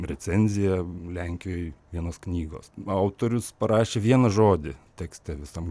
recenziją lenkijoj vienos knygos autorius parašė vieną žodį tekste visam